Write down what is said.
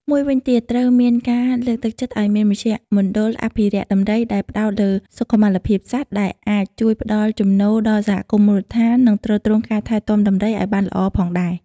មួយមិញទៀតត្រូវមានការលើកទឹកចិត្តឱ្យមានមជ្ឈមណ្ឌលអភិរក្សដំរីដែលផ្តោតលើសុខុមាលភាពសត្វ ដែលអាចជួយផ្តល់ចំណូលដល់សហគមន៍មូលដ្ឋាន និងទ្រទ្រង់ការថែទាំដំរីឲ្យបានល្អផងដែរ។